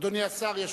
אדוני השר ישיב.